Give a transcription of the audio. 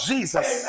Jesus